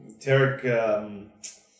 Tarek